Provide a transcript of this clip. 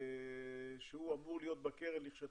שהוא אמור להיות בקרן לכשתקום.